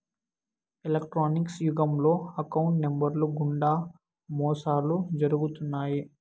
electronics యుగంలో account నెంబర్లు గుండా మోసాలు జరుగుతున్నాయి